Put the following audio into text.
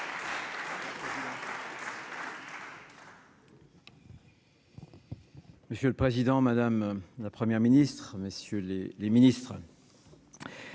Monsieur le Président Madame la première ministre messieurs les les ministres